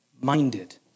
minded